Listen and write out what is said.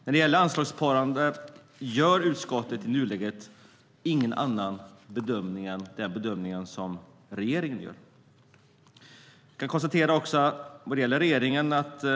När det gäller anslagssparande gör utskottet i nuläget ingen annan bedömning än den bedömning som regeringen gör.